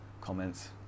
comments